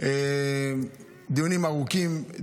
דיונים ארוכים,